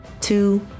two